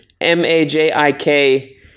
M-A-J-I-K